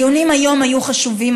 הדיונים היום היו חשובים,